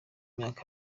myaka